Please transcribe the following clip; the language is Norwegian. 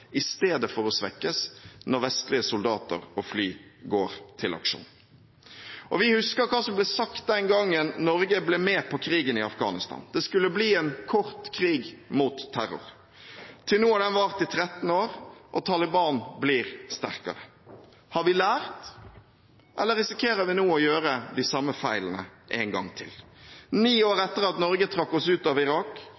i stedet for å svekkes når vestlige soldater og fly går til aksjon. Vi husker hva som ble sagt den gangen Norge ble med på krigen i Afghanistan. Det skulle bli en kort krig mot terror. Til nå har den vart i 13 år, og Taliban blir sterkere. Har vi lært, eller risikerer vi nå å gjøre de samme feilene én gang til? Ni år